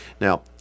Now